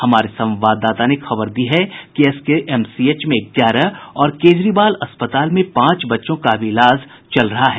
हमारे संवाददाता ने खबर दी है कि S K M C H में ग्यारह और केजरीवाल अस्पताल में पांच बच्चों का अभी इलाज चल रहा है